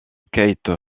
kate